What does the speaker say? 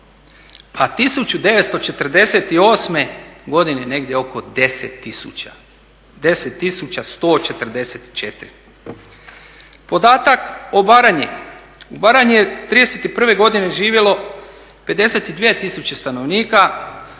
a 1948. godine, negdje oko 10 tisuća 144. Podatak u Baranji, u Baranji je '31. godine živjelo 52 tisuće stanovnika,